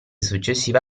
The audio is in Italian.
successiva